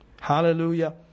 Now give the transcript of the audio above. Hallelujah